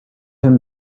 him